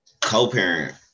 Co-parent